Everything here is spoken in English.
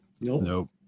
Nope